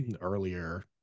earlier